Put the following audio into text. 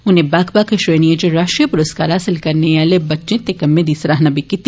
उनें बक्ख बक्ख श्रेणिएं इच राष्ट्रीय प्रूस्कार हासिल करने आले बच्चें दे कम्मै दी सराहना बी कीती